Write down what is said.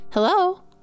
Hello